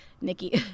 Nikki